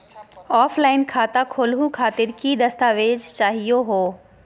Offline खाता खोलहु खातिर की की दस्तावेज चाहीयो हो?